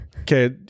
Okay